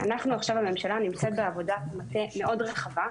הממשלה עכשיו נמצאת בעבודת מטה מאוד רחבה,